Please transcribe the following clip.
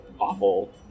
awful